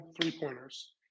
three-pointers